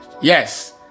Yes